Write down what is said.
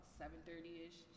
7.30-ish